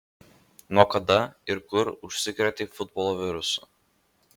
nuo kada ir kur užsikrėtei futbolo virusu